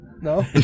No